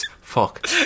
Fuck